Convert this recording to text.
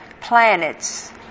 planets